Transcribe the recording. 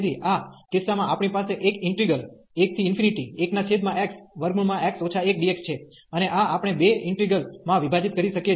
તેથી આ કિસ્સામાં આપણી પાસે એક ઇન્ટિગ્રલ 11xx 1dx છે અને આ આપણે બે ઇન્ટિગ્રેલ માં વિભાજીત કરી શકીએ છીએ